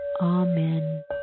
Amen